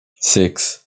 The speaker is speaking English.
six